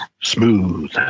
Smooth